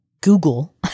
google